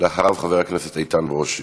אחריו, חבר הכנסת איתן ברושי.